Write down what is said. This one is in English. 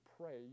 pray